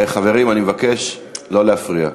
חברים, אני מבקש לא להפריע.